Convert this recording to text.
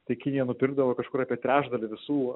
tai kinija nupirkdavo kažkur apie trečdalį visų